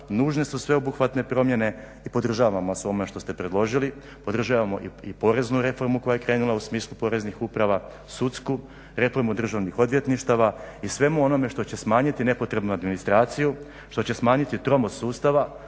nužne su sveobuhvatne promjene i podržavamo vas u ovome što ste predložili, podržavamo i poreznu reformu koja je krenula u smislu poreznih uprava, sudsku reformu, reformu državnih odvjetništava i svemu onome što će smanjiti nepotrebnu administraciju, što će smanjiti tromost sustava,